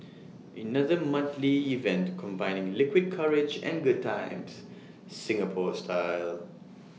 another monthly event combining liquid courage and good times Singapore style